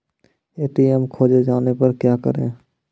ATM खोजे जाने पर क्या करें?